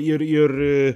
ir ir ee